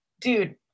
dude